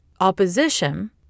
opposition